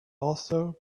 also